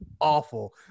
awful